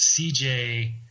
CJ